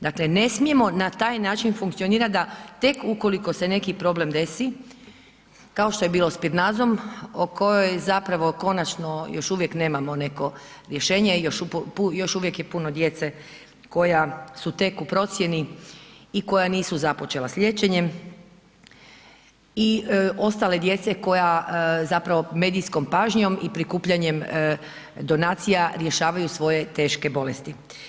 Dakle, ne smijemo na taj način funkcionirati da, tek ukoliko se neki problem desi, kao što je bilo spinrazom o kojoj zapravo konačno još uvijek nemamo neko rješenje, još uvijek je puno djece koja su tek u procjeni i koja nisu započela s liječenjem i ostale djece koja zapravo medijskom pažnjom i prikupljanjem donacija rješavaju svoje teške bolesti.